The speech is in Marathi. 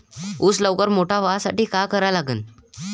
ऊस लवकर मोठा व्हासाठी का करा लागन?